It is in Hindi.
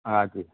हाँ जी